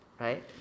right